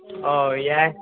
ꯑꯣ ꯌꯥꯏ